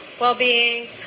well-being